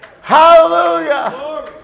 Hallelujah